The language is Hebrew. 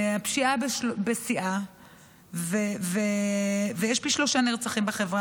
הפשיעה בשיאה ויש פי שלושה נרצחים בחברה